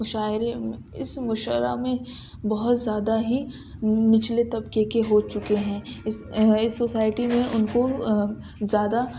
مشاعرے میں اس مشرہ میں بہت زیادہ ہی نچلے طبقے کے ہو چکے ہیں اس اس سوسائٹی میں ان کو زیادہ